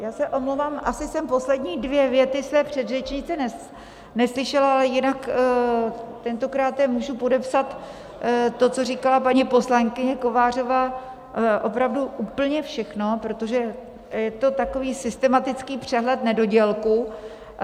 Já se omlouvám, asi jsem poslední dvě věty své předřečnice neslyšela, ale jinak tentokráte můžu podepsat to, co říkala paní poslankyně Kovářová, opravdu úplně všechno, protože je to takový systematický přehled nedodělků.